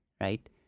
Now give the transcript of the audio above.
right